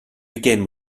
begin